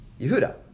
Yehuda